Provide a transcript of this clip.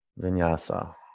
vinyasa